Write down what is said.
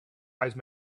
wise